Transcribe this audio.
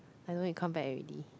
I don't need come back already